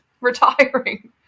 retiring